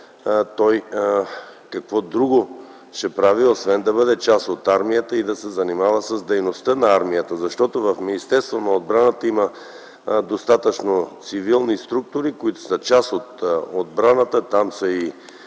той какво друго ще прави освен да бъде част от армията и да се занимава с дейността на армията? Защото в Министерството на отбраната има достатъчно цивилни структури, които са част от отбраната.